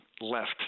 left